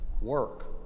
Work